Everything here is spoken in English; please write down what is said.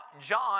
John